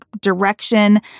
direction